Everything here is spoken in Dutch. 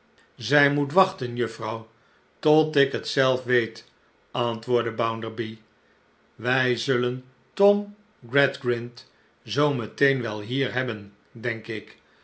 zij moet wachten juffrouw tot ik het zelf weet antwoordde bounderby wij zullen tom gradgrind zoo meteen wel hier hebben denk ik